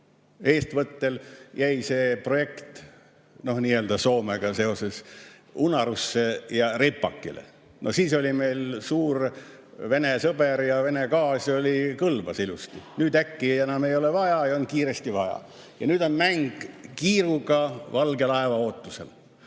eestvõttel jäi see projekt Soomega unarusse ja ripakile. No siis oli meil suur Vene sõber ja Vene gaas kõlbas ilusti. Nüüd äkki enam ei ole ja on kiiresti vaja. Ja nüüd on mäng kiiruga valge laeva ootusel.